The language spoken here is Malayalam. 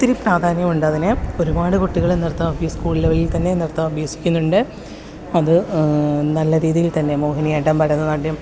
ഒത്തിരി പ്രാധാന്യമുണ്ട് അതിന് ഒരുപാട് കുട്ടികൾ നൃത്തം ആഭ്യസിക്കും സ്കൂളുകളിൽ തന്നെ നൃത്തം അഭ്യസിക്കുന്നുണ്ട് അത് നല്ല രീതിയിൽ തന്നെ മോഹിനിയാട്ടം ഭരതനാട്യം